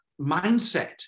mindset